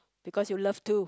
because you love to